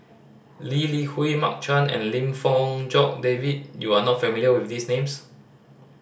Lee Li Hui Mark Chan and Lim Fong Jock David you are not familiar with these names